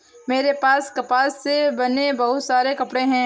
मेरे पास कपास से बने बहुत सारे कपड़े हैं